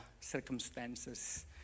circumstances